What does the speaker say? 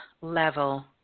level